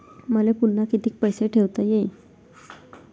मले पुन्हा कितीक पैसे ठेवता येईन?